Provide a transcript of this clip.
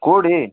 କେଉଁଠି